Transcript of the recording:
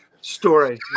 story